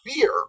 fear